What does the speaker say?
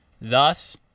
Thus